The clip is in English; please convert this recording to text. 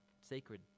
sacred